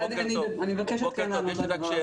אני מבקשת לענות לזה.